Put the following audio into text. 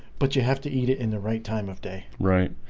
but you have to eat it in the right time of day, right?